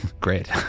Great